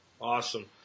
Awesome